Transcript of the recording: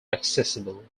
accessible